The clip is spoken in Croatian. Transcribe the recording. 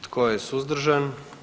Tko je suzdržan?